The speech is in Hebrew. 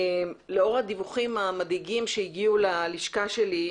לאור הדיווחים המדאיגים שהגיעו ללשכה שלי,